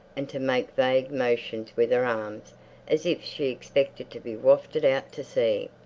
and to make vague motions with her arms as if she expected to be wafted out to sea.